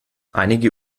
einige